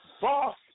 Boss